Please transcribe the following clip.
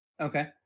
Okay